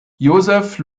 joseph